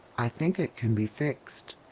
i think it can be fixed.